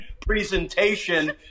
presentation